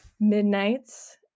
Midnight's